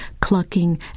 clucking